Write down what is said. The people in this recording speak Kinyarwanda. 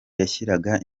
yashyiraga